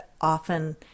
often